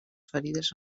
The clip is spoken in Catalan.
ferides